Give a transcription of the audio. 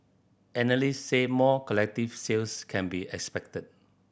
analysts said more collective sales can be expected